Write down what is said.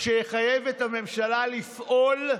שיחייב את הממשלה לפעול?